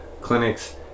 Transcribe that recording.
clinics